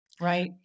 right